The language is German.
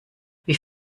wie